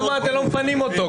למה אתם לא מפנים את חאן אל אחמר?